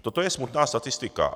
Toto je smutná statistika.